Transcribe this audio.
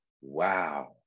wow